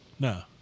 No